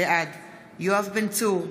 בעד יואב בן צור,